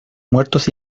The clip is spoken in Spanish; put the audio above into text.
muertos